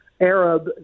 Arab